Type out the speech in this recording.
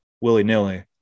willy-nilly